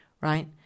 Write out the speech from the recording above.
right